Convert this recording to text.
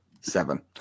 Seven